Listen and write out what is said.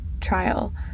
trial